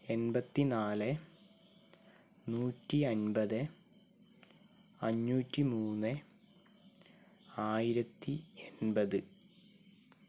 എൺപത്തി നാല് നൂറ്റിയൻപത് അഞ്ഞൂറ്റിമൂന്ന് ആയിരത്തി എൺപത്